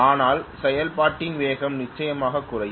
ஆனால் செயல்பாட்டில் வேகம் நிச்சயமாக குறையும்